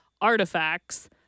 artifacts